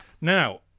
Now